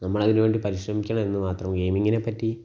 നമ്മളതിന് വേണ്ടി പരിശ്രമിക്കണം എന്ന് മാത്രം ഗെയിമിങ്ങിനെ പറ്റി